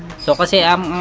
so calcium